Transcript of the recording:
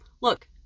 look